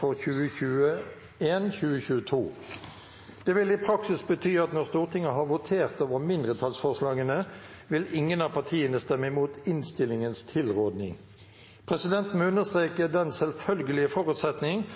for 2021–2022 og Innst. 3 S for 2021–2022. Det vil i praksis bety at når Stortinget har votert over mindretallsforslagene, vil ingen av partiene stemme imot innstillingens tilråding. Presidenten vil understreke den selvfølgelige forutsetning